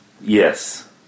Yes